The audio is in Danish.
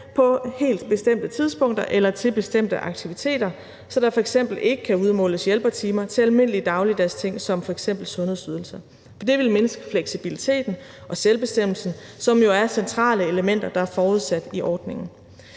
på helt bestemte tidspunkter eller til bestemte aktiviteter, så der f.eks. ikke kan udmåles hjælpertimer til almindelige dagligdags ting som f.eks. sundhedsydelser. For det ville mindske fleksibiliteten og selvbestemmelsen, som jo er centrale elementer, der er forudsat i ordningen.